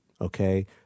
Okay